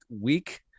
week